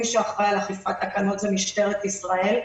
מי שאחראי על אכיפת התקנות זה משטרת ישראל,